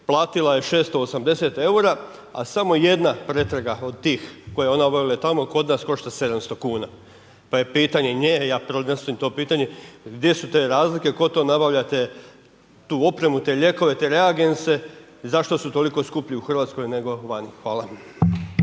platila je 680 eura, a samo jedna pretraga od tih, koje je ona obavila tamo kod nas košta 700 kn. Pa je pitanje nje a i …/Govornik se ne razumije./… pitanje gdje su te razlike, tko to nabavlja tu opremu, te lijekove, te regresne i zašto su toliko skuplji u Hrvatskoj, nego vani. Hvala.